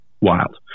wild